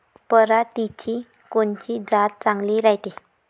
पऱ्हाटीची कोनची जात चांगली रायते?